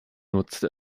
nutzte